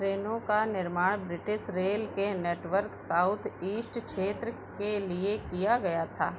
ट्रेनों का निर्माण ब्रिटिस रेल के नेटवर्क साउथईस्ट क्षेत्र के लिए किया गया था